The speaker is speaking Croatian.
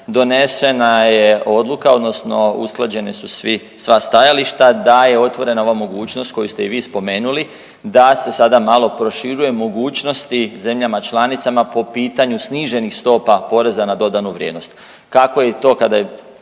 donesena je odluka, odnosno usklađena su sva stajališta da je otvorena ova mogućnost koju ste i vi spomenuli da se sada malo proširuju mogućnosti zemljama članicama po pitanju sniženih stopa poreza na dodanu vrijednost. Kako je i to kada je